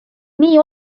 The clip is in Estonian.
nii